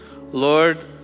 Lord